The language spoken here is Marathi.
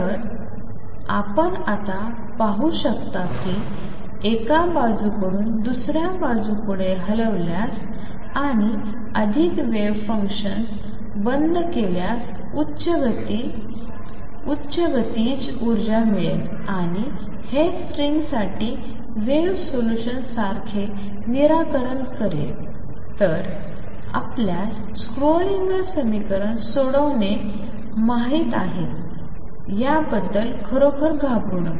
तर आपण आत्ताच पाहू शकता की एका बाजूकडून दुसऱ्या बाजूकडे हलविल्यास आणि अधिक वेव्ह फंक्शन बंद केल्यास उच्च गतिज उर्जा मिळेल आणि हे स्ट्रिंगसाठी वेव्ह सोल्यूशनसारखे निराकरण करेल तर आपल्यास स्क्रोडिंगर समीकरण सोडवणे माहित आहे याबद्दल खरोखर घाबरू नका